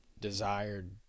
desired